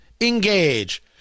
engage